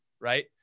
right